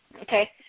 Okay